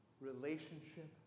relationship